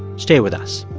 stay with us